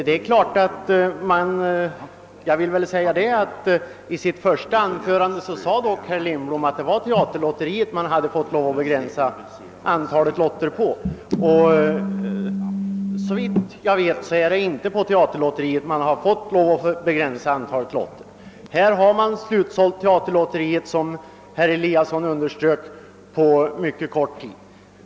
Herr talman! I sitt första anförande sade dock herr Lindholm att det var i teaterlotteriet man hade fått lov att begränsa antalet lotter. Såvitt jag vet är det inte så. Teaterlotteriets lotter har, som herr Eliasson i Sundborn underströk, slutsålts på mycket kort tid.